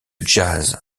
jazz